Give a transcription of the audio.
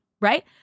Right